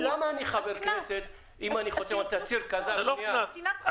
למה אני חבר כנסת אם אני חותם על תצהיר כזב ------ זה לא קנס.